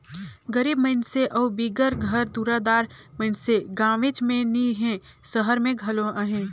गरीब मइनसे अउ बिगर घर दुरा दार मइनसे गाँवेच में नी हें, सहर में घलो अहें